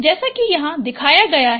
जैसा कि यहाँ दिखाया गया है